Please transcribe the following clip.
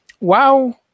wow